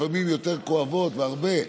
לפעמים יותר כואבות בהרבה.